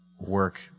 work